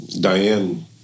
Diane